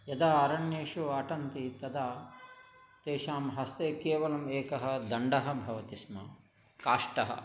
यदा अरण्येषु अटन्ति तदा तेषां हस्ते केवलं एकः दण्डः भवति स्म काष्ठः